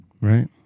Right